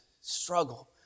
struggle